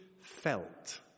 felt